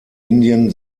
indien